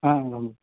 ᱦᱮᱸ ᱦᱮᱸ